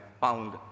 Found